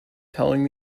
telling